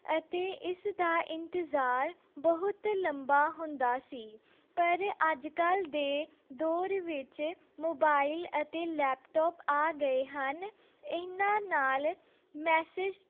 ਅਤੇ ਇਸ ਦਾ ਇੰਤਜ਼ਾਰ ਬਹੁਤ ਲੰਬਾ ਹੁੰਦਾ ਸੀ ਪਰ ਅੱਜ ਕੱਲ੍ਹ ਦੇ ਦੌਰ ਵਿੱਚ ਮੋਬਾਇਲ ਅਤੇ ਲੈਪਟੋਪ ਆ ਗਏ ਹਨ ਇਹਨਾਂ ਨਾਲ ਮੈਸੇਜ